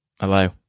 Hello